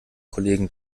kollegen